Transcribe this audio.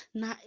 na